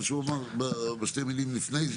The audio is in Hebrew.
מה שהוא אמר בשתי מילים לפני?